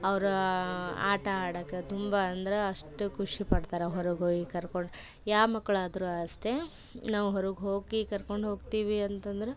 ಅವ್ರು ಆಟ ಆಡಕ್ಕೆ ತುಂಬ ಅಂದ್ರೆ ಅಷ್ಟು ಖುಷಿಪಡ್ತಾರೆ ಹೊರಗೆ ಹೋಗಿ ಕರ್ಕೊಂಡು ಯಾವ ಮಕ್ಕಳಾದ್ರು ಅಷ್ಟೇ ನಾವು ಹೊರಗೆ ಹೋಗಿ ಕರ್ಕೊಂಡು ಹೋಗ್ತೀವಿ ಅಂತಂದ್ರೆ